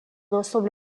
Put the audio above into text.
ensemble